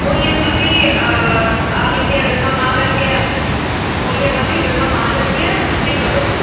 मूल्यमपि आगत्य गृहमागत्य मू मूल्यमपि गृहमागत्य स्वीकरोमि